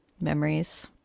Memories